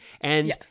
And-